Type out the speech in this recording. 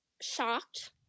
shocked